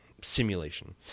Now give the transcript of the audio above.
simulation